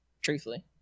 truthfully